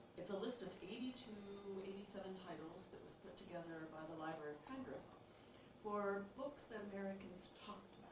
it's a list of eighty to eighty seven titles that was put together by the library of congress for books that americans talked